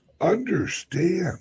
understand